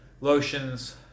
lotions